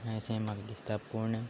अशें म्हाका दिसता पूण